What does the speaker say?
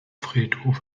friedhof